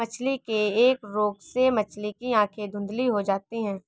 मछली के एक रोग से मछली की आंखें धुंधली हो जाती है